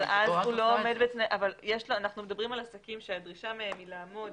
אנחנו מדברים על עסקים שהדרישה מהם היא לעמוד